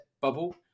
bubble